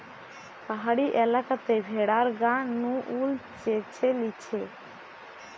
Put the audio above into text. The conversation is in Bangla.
পাহাড়ি এলাকাতে ভেড়ার গা নু উল চেঁছে লিছে